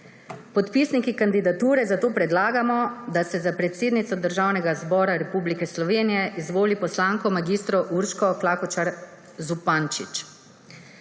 Podpisniki kandidature zato predlagamo, da se za predsednico Državnega zbora Republike Slovenije izvoli poslanko mag. Urško Klakočar Zupančič.